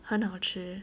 很好吃